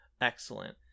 excellent